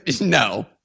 No